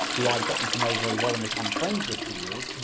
who i've gotten to know very well and become friends with for years,